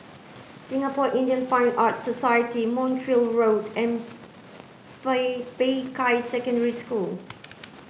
Singapore Indian Fine Arts Society Montreal Road and Peicai Secondary School